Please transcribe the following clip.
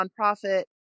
nonprofit